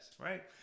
right